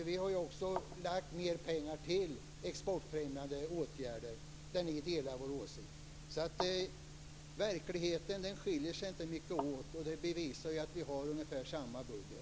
Vi har också lagt pengar till exportfrämjande åtgärder, där ni delar vår åsikt. Vår syn på verkligheten skiljer sig inte mycket åt, och det bevisar att vi har ungefär samma budget.